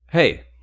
Hey